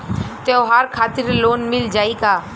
त्योहार खातिर लोन मिल जाई का?